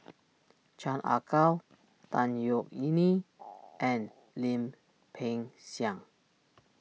Chan Ah Kow Tan Yeok Yee Nee and Lim Peng Siang